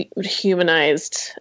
humanized